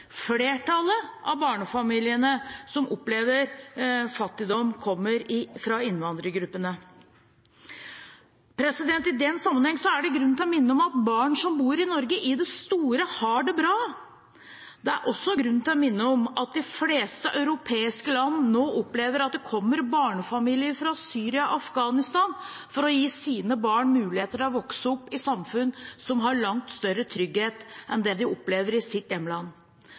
Flertallet av barnefamiliene som opplever fattigdom, kommer fra innvandrergruppene. I den sammenheng er det grunn til å minne om at barn som bor i Norge, i det store har det bra. Det er også grunn til å minne om at de fleste europeiske land nå opplever at det kommer barnefamilier fra Syria og Afghanistan for å gi sine barn muligheter til å vokse opp i samfunn som har langt større trygghet enn det de opplever i sitt hjemland.